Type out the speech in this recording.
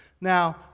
Now